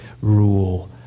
rule